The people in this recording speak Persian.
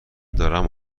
دارم